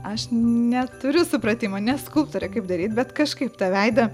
aš neturiu supratimo ne skulptorė kaip daryti bet kažkaip tą veidą